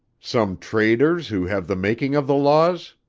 some traders who have the making of the laws?